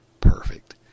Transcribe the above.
perfect